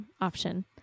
option